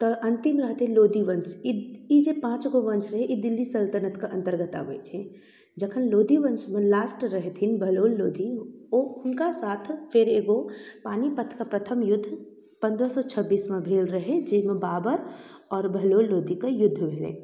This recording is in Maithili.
तऽ अन्तिम रहथिन लोदी वंश ई जे पाँच गो वंश रहै ई दिल्ली सल्तनतके अन्तर्गत आबै छै जखन लोदी वंशके लास्ट रहथिन बहलोल लोदी ओ हुनका साथ फिर एगो पानीपतके प्रथम युद्ध पन्द्रह सए छब्बीसमे भेल रहै जाहिमे बाबर आओर बहलोल लोदीके युद्ध भेलै